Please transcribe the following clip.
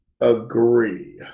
agree